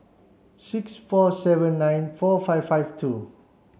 six four seven nine four five five two